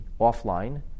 offline